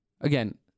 Again